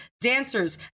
dancers